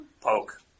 poke